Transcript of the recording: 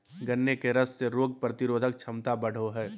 गन्ने के रस से रोग प्रतिरोधक क्षमता बढ़ो हइ